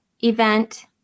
event